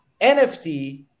NFT